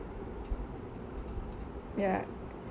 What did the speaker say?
ya